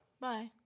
Bye